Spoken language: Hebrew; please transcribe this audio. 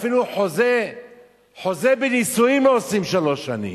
אפילו חוזה בנישואים לא עושים לשלוש שנים.